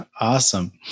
Awesome